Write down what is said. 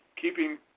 keeping